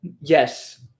yes